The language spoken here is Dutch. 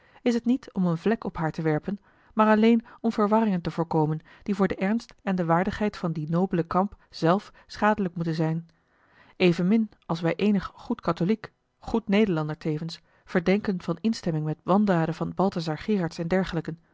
is het niet om een vlek op haar te werpen maar alleen om verwarringen te voorkomen die voor den ernst en de waardigheid van dien nobelen kamp zelf schadelijk moeten zijn evenmin als wij eenig goed katholiek goed nederlander tevens verdenken van instemming met wandaden van balthasar gerards en dergelijken